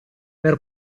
per